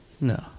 No